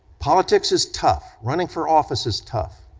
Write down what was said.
politics is tough, running for office is tough,